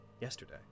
yesterday